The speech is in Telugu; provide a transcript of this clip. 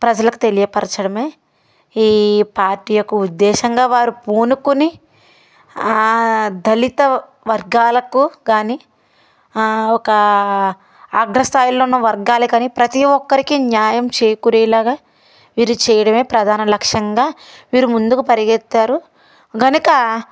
ప్రజలకు తెలియపరచడమే ఈ పార్టీ యొక్క ఉద్దేశంగా వారు పూనుకొని దళిత వర్గాలకు కానీ ఒక అగ్రస్థాయిలో ఉన్న వర్గాలు కానీ ప్రతి ఒక్కరికి న్యాయం చేకూరేలాగా మీరు చేయడమే ప్రధాన లక్ష్యంగా మీరు ముందుకు పరిగెత్తారు కనుక